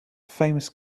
famous